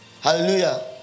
hallelujah